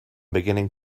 beginning